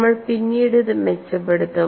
നമ്മൾ പിന്നീട് ഇത് മെച്ചപ്പെടുത്തും